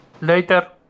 Later